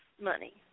money